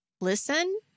listen